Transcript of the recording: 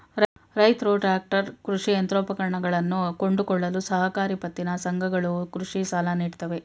ರೈತ್ರು ಟ್ರ್ಯಾಕ್ಟರ್, ಕೃಷಿ ಯಂತ್ರೋಪಕರಣಗಳನ್ನು ಕೊಂಡುಕೊಳ್ಳಲು ಸಹಕಾರಿ ಪತ್ತಿನ ಸಂಘಗಳು ಕೃಷಿ ಸಾಲ ನೀಡುತ್ತವೆ